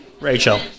Rachel